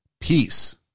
peace